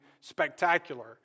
spectacular